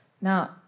Now